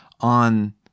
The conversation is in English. on